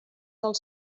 del